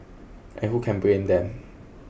and who can blame them